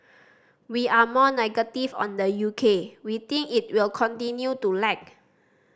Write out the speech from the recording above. we are more negative on the U K we think it will continue to lag